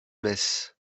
messes